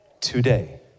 today